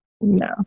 No